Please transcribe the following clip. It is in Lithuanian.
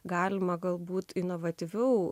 galima galbūt inovatyvių